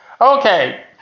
Okay